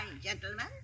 gentlemen